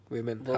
Women